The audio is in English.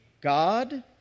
God